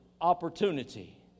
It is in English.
opportunity